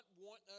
want